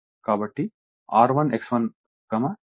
కాబట్టి R1 X1 R2 X2 అన్నీ సిరీస్లో ఉంటాయి